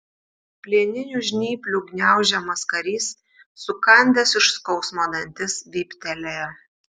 plieninių žnyplių gniaužiamas karys sukandęs iš skausmo dantis vyptelėjo